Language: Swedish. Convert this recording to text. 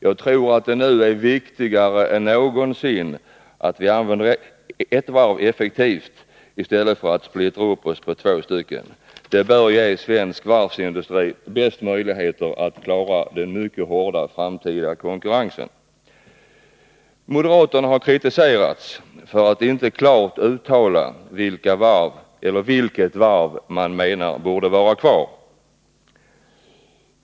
Jag tror att det nu är viktigare än någonsin att vi använder ett varv effektivt i stället för att splittra upp oss på två varv. Det bör ge svensk varvsindustri bästa möjligheter att klara den mycket hårda framtida konkurrensen. Moderaterna har kritiserats för att inte klart uttala vilket varv vi menar borde vara kvar.